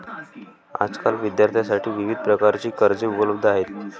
आजकाल विद्यार्थ्यांसाठी विविध प्रकारची कर्जे उपलब्ध आहेत